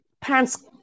pants